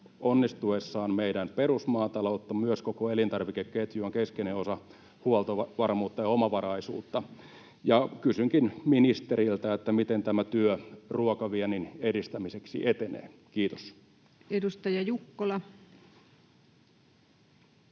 onnistuessaan meidän perusmaataloutta. Myös koko elintarvikeketju on keskeinen osa huoltovarmuutta ja omavaraisuutta. Kysynkin ministeriltä: miten tämä työ ruokaviennin edistämiseksi etenee? — Kiitos. [Speech 433]